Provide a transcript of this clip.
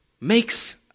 makes